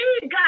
God